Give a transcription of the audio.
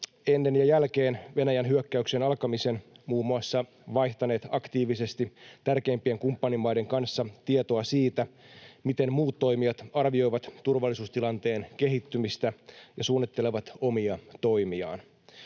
ennen ja jälkeen Venäjän hyökkäyksen alkamisen muun muassa vaihtaneet aktiivisesti tärkeimpien kumppanimaiden kanssa tietoa siitä, miten muut toimijat arvioivat turvallisuustilanteen kehittymistä ja suunnittelevat omia toimiaan.